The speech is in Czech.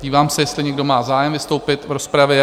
Dívám se, jestli někdo má zájem vystoupit v rozpravě.